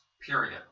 period